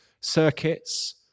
circuits